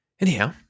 anyhow